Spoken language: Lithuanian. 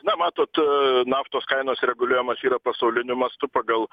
na matot naftos kainos reguliuojamos yra pasauliniu mastu pagal